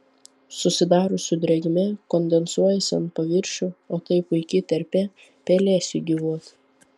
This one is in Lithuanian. susidariusi drėgmė kondensuojasi ant paviršių o tai puiki terpė pelėsiui gyvuoti